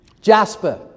Jasper